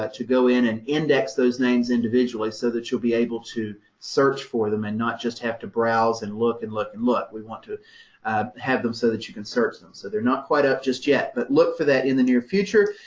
to go in and index those names individually, so that you'll be able to search for them and not just have to browse and look and look and look. we want to have them so that you can search them. so they're not quite up just yet, but look for that in the near future.